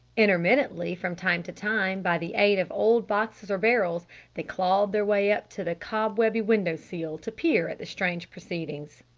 intermittently from time to time by the aid of old boxes or barrels they clawed their way up to the cobwebby window-sill to peer at the strange proceedings.